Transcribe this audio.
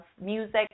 music